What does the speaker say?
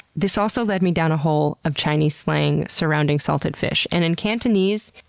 this also led me down a hole of chinese slang surrounding salted fish, and in cantonese,